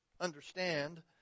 understand